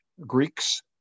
greeks